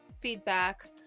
feedback